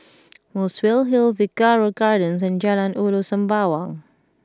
Muswell Hill Figaro Gardens and Jalan Ulu Sembawang